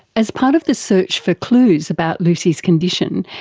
as part of the search for clues about lucy's condition,